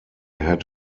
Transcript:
had